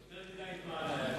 יותר מדי זמן.